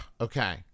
Okay